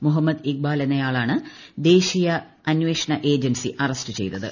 മൊഹമ്മദ് ഇക്ബാൽ എന്നായാളെയാണ് ദേശീയ അമ്പേഷണ ഏജൻസി അറസ്റ്റ് ചെയ്തത്